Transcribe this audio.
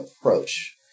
approach